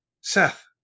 Seth